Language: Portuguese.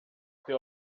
que